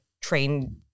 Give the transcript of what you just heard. train